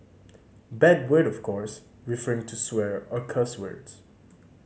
bad word of course referring to swear or cuss words